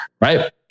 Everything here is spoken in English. Right